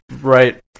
right